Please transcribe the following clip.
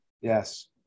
Yes